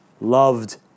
loved